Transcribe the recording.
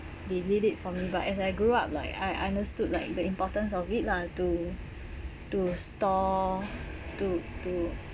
they did it for me but as I grew up like I understood like the importance of it lah to to store to to